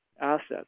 assets